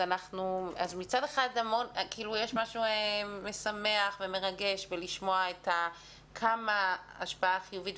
אז מצד אחד יש משהו משמח ומרגש בלשמוע כמה השפעה חיובית,